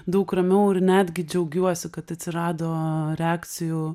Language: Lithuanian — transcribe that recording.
daug ramiau ir netgi džiaugiuosi kad atsirado reakcijų